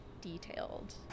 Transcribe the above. detailed